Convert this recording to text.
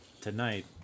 Tonight